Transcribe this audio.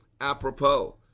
apropos